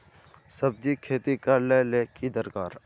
सब्जी खेती करले ले की दरकार?